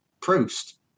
Proust